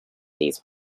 these